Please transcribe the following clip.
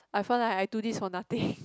I find like I do this for nothing